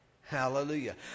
Hallelujah